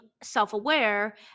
self-aware